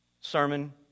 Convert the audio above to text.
Sermon